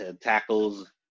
tackles